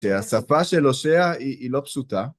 השפה של הושע היא לא פשוטה.